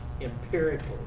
empirically